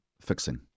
fixing